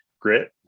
grit